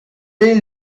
est